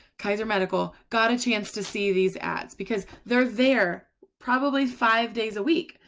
kaiser medical got a chance. to see these ads, because they're there probably five days a week.